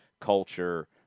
culture